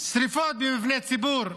שרפות במבני ציבור,